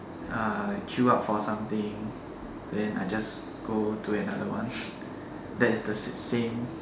uh queue up for something then I just go to another one that is the same